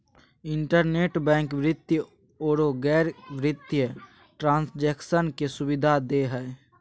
internet bank वित्तीय औरो गैर वित्तीय ट्रांन्जेक्शन के सुबिधा दे हइ